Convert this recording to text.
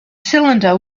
cylinder